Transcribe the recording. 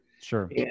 Sure